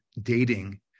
dating